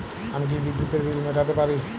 আমি কি বিদ্যুতের বিল মেটাতে পারি?